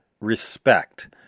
respect